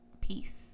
Peace